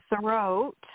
throat